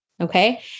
Okay